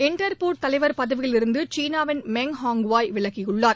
Interpol தலைவர் பதவியிலிருந்து சீனாவின் மேங் ஆங்குவாய் விலகியுள்ளார்